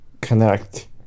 connect